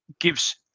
gives